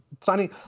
signing